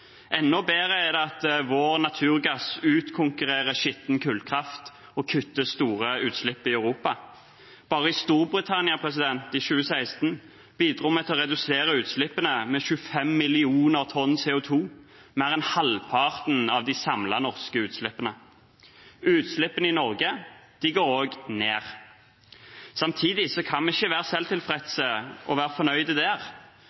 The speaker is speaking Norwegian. bedre er det at vår naturgass utkonkurrerer skitten kullkraft og kutter store utslipp i Europa. Bare i Storbritannia bidro vi i 2016 til å redusere utslippene med 25 mill. tonn CO 2 , mer enn halvparten av de samlede norske utslippene. Utslippene i Norge går også ned. Samtidig kan vi ikke være